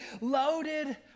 loaded